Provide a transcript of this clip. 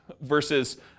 Versus